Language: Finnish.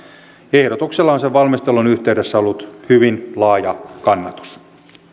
ehdotuksella on sen valmistelun yhteydessä ollut hyvin laaja kannatus